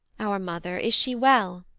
our mother, is she well